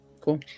Cool